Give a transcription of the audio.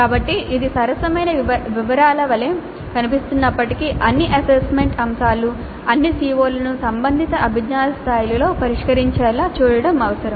కాబట్టి ఇది సరసమైన వివరాల వలె కనిపిస్తున్నప్పటికీ అన్ని అసెస్మెంట్ అంశాలు అన్ని CO లను సంబంధిత అభిజ్ఞా స్థాయిలలో పరిష్కరించేలా చూడటం అవసరం